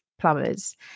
Plumbers